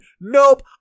Nope